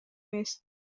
نیست